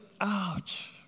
ouch